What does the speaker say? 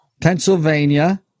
Pennsylvania